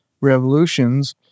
revolutions